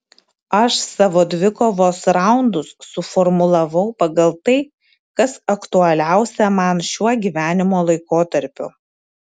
aš savo dvikovos raundus suformulavau pagal tai kas aktualiausia man šiuo gyvenimo laikotarpiu